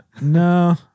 no